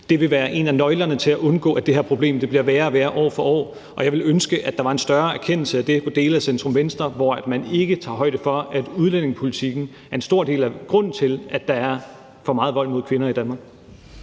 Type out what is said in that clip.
Det vil være en af nøglerne til at undgå, at det her problem bliver værre og værre år for år, og jeg ville ønske, at der var en større erkendelse af det i dele af centrum-venstre, hvor man ikke tager højde for, at udlændingepolitikken er en stor del af grunden til, at der er for meget vold mod kvinder i Danmark.